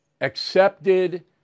accepted